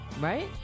Right